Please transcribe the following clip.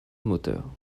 moteur